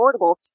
affordable